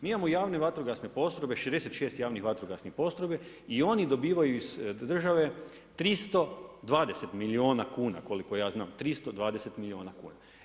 Mi imamo javne vatrogasne postrojbe, 66 javnih vatrogasnih postrojbi i oni dobivaju iz države 320 milijuna kuna koliko ja znam, 320 milijuna kuna.